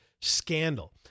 scandal